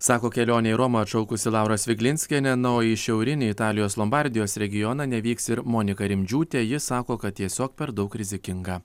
sako kelionę į romą atšaukusi laura sviglinskienė na o į šiaurinį italijos lombardijos regioną nevyks ir monika rimdžiūtė ji sako kad tiesiog per daug rizikinga